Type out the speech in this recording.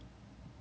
tapi susah tak